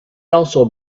also